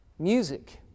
Music